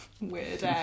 weird